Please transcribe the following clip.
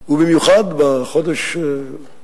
או חלקה